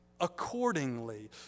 Accordingly